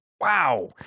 wow